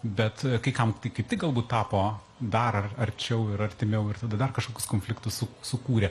bet kai kam kaip tik galbūt tapo dar ar arčiau ir artimiau ir tada dar kažkokius konfliktus su sukūrė